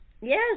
Yes